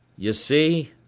you see?